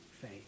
faith